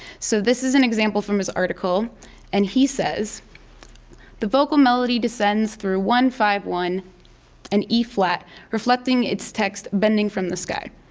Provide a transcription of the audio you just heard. so, this is an example from his article and he says the vocal melody descends through one one and e flat reflecting its text bending from the sky.